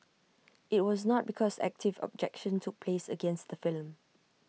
IT was not because active objection took place against the film